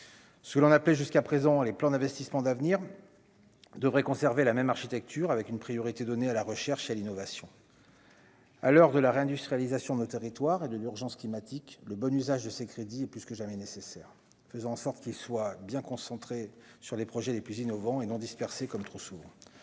ce que l'on appelait jusqu'à présent, les plans d'investissements d'avenir devrait conserver la même architecture avec une priorité donnée à la recherche et l'innovation. à l'heure de la réindustrialisation de territoire et de l'urgence climatique : le bon usage de ces crédits, plus que jamais nécessaire, faisons en sorte qu'il soit bien concentré sur les projets les plus innovants et non dispersée comme trop souvent,